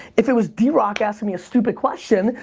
if it was drock asking me a stupid question,